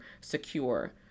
secure